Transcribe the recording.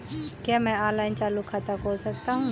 क्या मैं ऑनलाइन चालू खाता खोल सकता हूँ?